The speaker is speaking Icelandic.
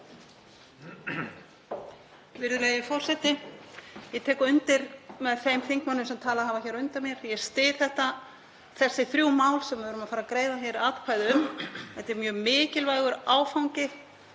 Virðulegi forseti. Ég tek undir með þeim þingmönnum sem talað hafa hér á undan mér, ég styð þessi þrjú mál sem við erum að fara að greiða atkvæði um. Þetta er mjög mikilvægur áfangi